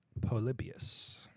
Polybius